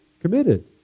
committed